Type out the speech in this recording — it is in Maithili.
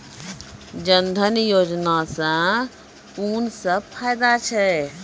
जनधन योजना सॅ कून सब फायदा छै?